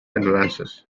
advances